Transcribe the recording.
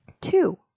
Two